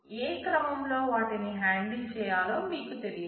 ఏ క్రమంలో వాటిని హ్యాండిల్ చేయాలో మీకు తెలియదు